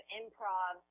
improv